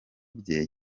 bye